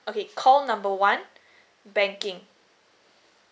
okay call number one banking